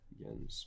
Again